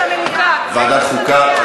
ועדת חוקה.